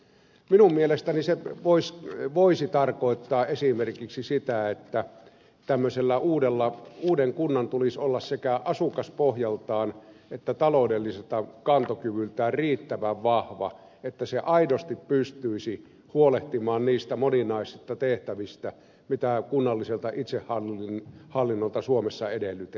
minun mielestäni se voisi tarkoittaa esimerkiksi sitä että tämmöisen uuden kunnan tulisi olla sekä asukaspohjaltaan että taloudelliselta kantokyvyltään riittävän vahva että se aidosti pystyisi huolehtimaan niistä moninaisista tehtävistä mitä kunnalliselta itsehallinnolta suomessa edellytetään